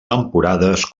temporades